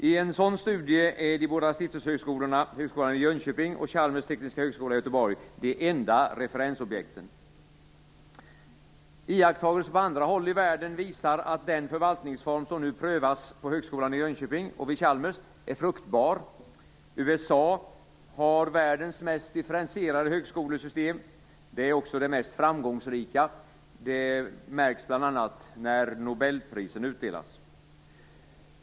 I en sådan studie är de båda stiftelsehögskolorna Högskolan i Jönköping och Chalmers tekniska högskola i Göteborg de enda referensobjekten. Iakttagelser på andra håll i världen visar att den förvaltningsform som nu prövas på Högskolan i Jönköping och vid Chalmers är fruktbar. USA har världens mest differentierade högskolesystem. Det är också det mest framgångsrika. Det märks bl.a. när nobelprisen utdelas.